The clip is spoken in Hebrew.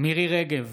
מירי מרים רגב,